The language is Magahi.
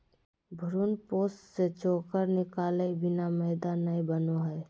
भ्रूणपोष से चोकर निकालय बिना मैदा नय बनो हइ